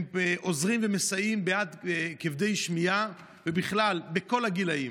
מסייעת לכבדי שמיעה בכל הגילים.